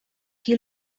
qui